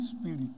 Spirit